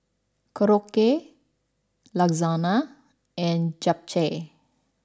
Korokke Lasagna and Japchae